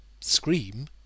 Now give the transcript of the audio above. scream